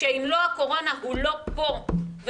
שאם לא הקורונה הוא לא פה ולהגיד,